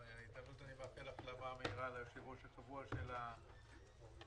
אני מאחל החלמה מהירה ליושב-ראש הקבוע של הוועדה.